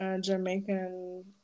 Jamaican